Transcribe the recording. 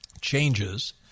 changes